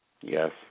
Yes